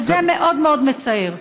וזה מאוד מאוד מצער.